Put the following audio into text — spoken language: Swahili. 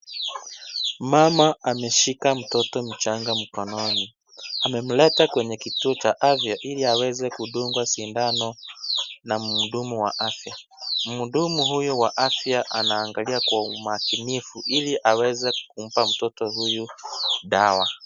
Mama ameshika mtoto mchanga mkononi, amemleta kwenye kituo cha afya ili aweze kudungwa sindano na muudumu wa afya, muudumu huyo wa afya anaangalia kwa umakinifu, ili aweze kumpa mtoto huyu dawa.